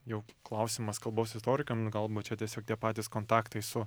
jau klausimas kalbos istorikam galbūt čia tiesiog tie patys kontaktai su